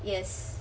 yes